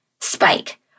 spike